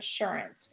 insurance